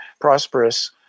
prosperous